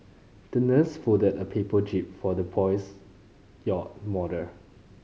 the nurse folded a paper jib for the boy's yacht model